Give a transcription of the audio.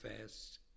fast